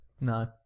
No